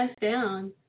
down